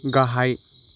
गाहाय